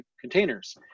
containers